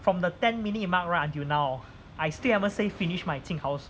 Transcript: from the ten minute mark right until now I still haven't say finish my jing hao